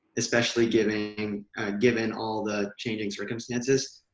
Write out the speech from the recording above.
especially given and given all the changing circumstances.